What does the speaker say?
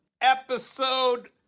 episode